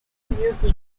music